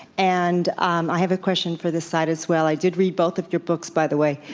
and um i have a question for this side as well. i did read both of your books, by the way,